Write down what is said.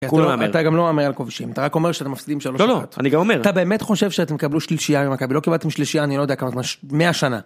אתה גם לא אומר ריאל כובשים, אתה רק אומר שאתם מפסידים שלוש אחת. לא, אני גם אומר. אתה באמת חושב שאתם תקבלו שלישיה ממכבי? לא קיבלתם שלישיה, אני לא יודע כמה זמן. 100 שנה.